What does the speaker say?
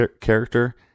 character